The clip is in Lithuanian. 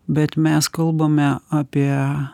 bet mes kalbame apie